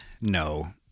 No